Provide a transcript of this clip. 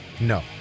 No